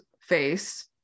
face